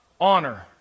Honor